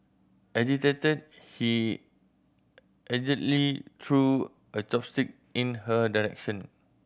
agitated he allegedly threw a chopstick in her direction